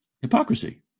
Hypocrisy